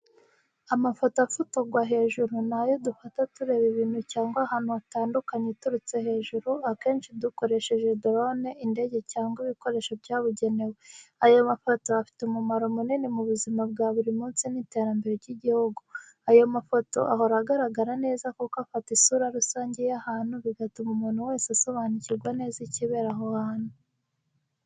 Amafoto afotorwa hejuru ni ayo dufata tureba ibintu cyangwa ahantu hatandukanye uturutse hejuru, akenshi dukoresheje dorone, indege, cyangwa ibikoresho byabugenewe. Aya mafoto afite umumaro munini mu buzima bwa buri munsi n’iterambere ry’igihugu. Aya mafoto ahora agaragara neza kuko afata isura rusange y’ahantu bigatuma umuntu wese asobanukirwa neza ikibera aho hantu.